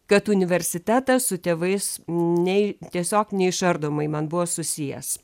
kad universitetas su tėvais nei tiesiog neišardomai man buvo susijęs